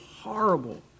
horrible